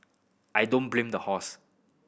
I don't blame the horse